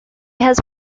has